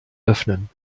öffnen